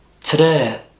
Today